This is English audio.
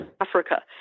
Africa